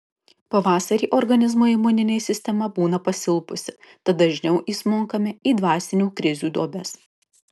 pavasarį organizmo imuninė sistema būna pasilpusi tad dažniau įsmunkame į dvasinių krizių duobes